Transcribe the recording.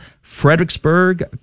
Fredericksburg